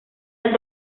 del